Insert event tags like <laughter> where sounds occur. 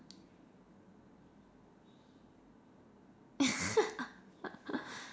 <laughs>